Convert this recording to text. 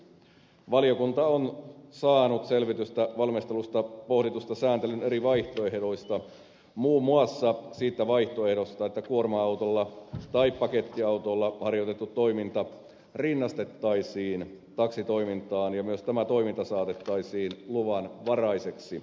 valiokunta on saanut selvitystä valmistelussa pohdituista sääntelyn eri vaihtoehdoista muun muassa siitä vaihtoehdosta että kuorma autolla tai pakettiautolla harjoitettu toiminta rinnastettaisiin taksitoimintaan ja myös tämä toiminta saatettaisiin luvanvaraiseksi